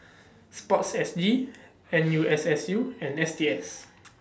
Sport S G N U S S U and S T S